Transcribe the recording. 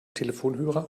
telefonhörer